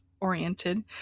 oriented